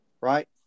Right